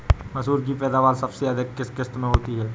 मसूर की पैदावार सबसे अधिक किस किश्त में होती है?